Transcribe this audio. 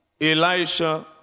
Elisha